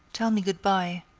tell me good-by.